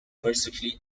personally